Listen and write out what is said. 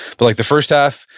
but like the first half,